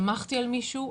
שמחתי על מישהו,